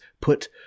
put